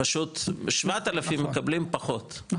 פשוט 7,000 מקבלים פחות,